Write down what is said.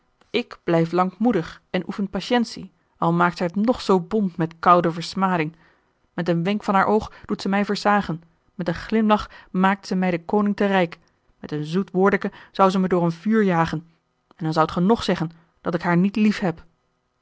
ik blijf lankmoedig en oefen patiëntie al maakt zij het nog zoo bont met koude versmading met een wenk van haar oog doet ze mij versagen met een glimlach maakt ze mij den koning te rijk met een zoet woordeke zou ze me door een vuur jagen a l g bosboom-toussaint de delftsche wonderdokter eel en dan zoudt ge nog zeggen dat ik haar niet liefheb